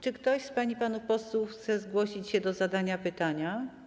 Czy ktoś z pań i panów posłów chce zgłosić się do zadania pytania?